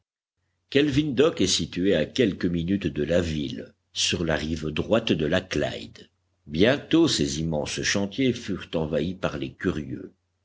d'usine kelvin dock est situé à quelques minutes de la ville sur la rive droite de la clyde bientôt ses immenses chantiers furent envahis par les curieux